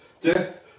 Death